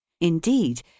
Indeed